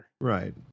Right